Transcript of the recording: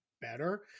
better